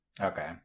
Okay